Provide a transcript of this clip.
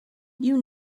you